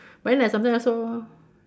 but then at sometimes also